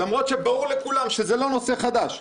שאנחנו דנים בה בוועדת החוקה עוסקת בהכרזה על מצב חירום מיוחד,